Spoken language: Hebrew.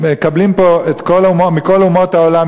מקבלים פה מכל אומות העולם,